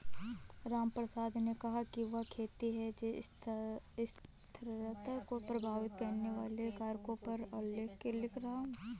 रामप्रसाद ने कहा कि वह खेती में स्थिरता को प्रभावित करने वाले कारकों पर आलेख लिख रहा है